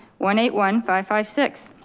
one eight one five five, six.